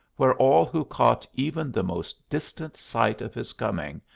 where all who caught even the most distant sight of his coming,